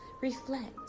reflect